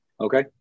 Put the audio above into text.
Okay